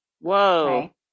Whoa